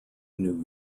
new